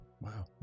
wow